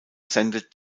sendet